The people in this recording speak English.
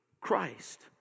Christ